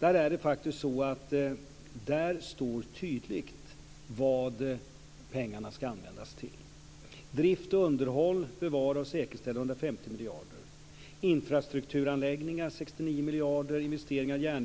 Där står tydligt vad pengarna ska användas till: Bevara och säkerställa drift och underhåll: 150 miljarder, investeringar